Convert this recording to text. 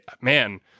man